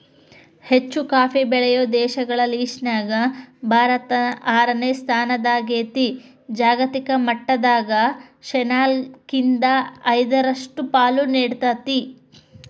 ಹೆಚ್ಚುಕಾಫಿ ಬೆಳೆಯೋ ದೇಶಗಳ ಲಿಸ್ಟನ್ಯಾಗ ಭಾರತ ಆರನೇ ಸ್ಥಾನದಾಗೇತಿ, ಜಾಗತಿಕ ಮಟ್ಟದಾಗ ಶೇನಾಲ್ಕ್ರಿಂದ ಐದರಷ್ಟು ಪಾಲು ನೇಡ್ತೇತಿ